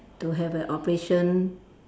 to have an operation